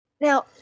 Now